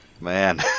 man